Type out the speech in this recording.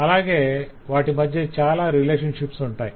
అలాగే వాటి మధ్య చాలా రిలేషన్షిప్స్ ఉంటాయి